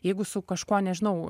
jeigu su kažkuo nežinau